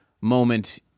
moment